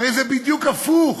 הרי זה בדיוק הפוך.